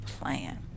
plan